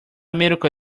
miracle